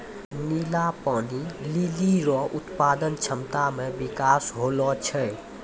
नीला पानी लीली रो उत्पादन क्षमता मे बिकास होलो छै